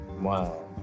Wow